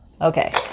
okay